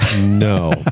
No